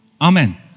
Amen